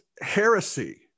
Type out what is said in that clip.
heresy